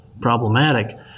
problematic